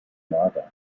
mager